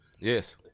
yes